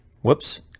Whoops